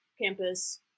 campus